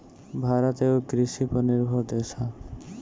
भारत एगो कृषि पर निर्भर देश ह